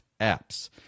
apps